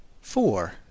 four